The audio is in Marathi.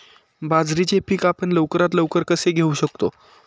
बाजरीचे पीक आपण लवकरात लवकर कसे घेऊ शकतो?